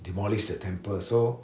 demolish the temple so